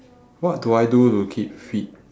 what do I do to keep fit